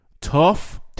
Tough